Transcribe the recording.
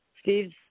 Steve